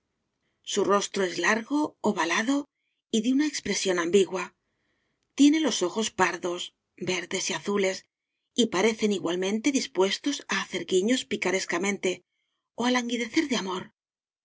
su rostro es largo ovalado y de una expresión ambigua tiene los ojos p a r d o s verdes y azules y parecen igualmente dispuestos á hacer guiños picarescamente ó á languidecer de amor